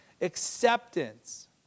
acceptance